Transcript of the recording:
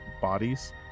bodies